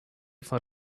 for